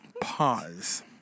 pause